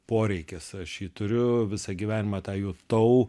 poreikis aš jį turiu visą gyvenimą tą jutau